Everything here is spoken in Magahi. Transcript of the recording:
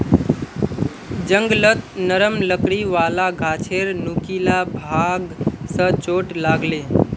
जंगलत नरम लकड़ी वाला गाछेर नुकीला भाग स चोट लाग ले